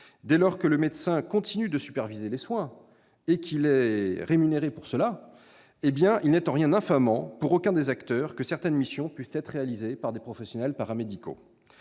Dès lors que le médecin continue de superviser les soins et qu'il est rémunéré pour cela, il n'est en rien infamant, pour aucun des acteurs, que certaines missions puissent être réalisées par des professionnels paramédicaux,